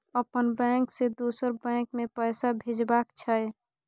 अपन बैंक से दोसर बैंक मे पैसा भेजबाक छै?